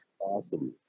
Awesome